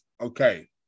Okay